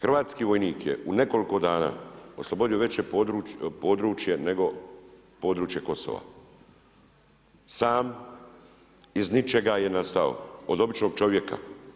Hrvatski vojnik je u nekoliko dana oslobodio veće područje nego područje Kosova, sam iz ničega je nastao od običnog čovjeka.